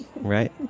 right